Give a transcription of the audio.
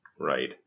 Right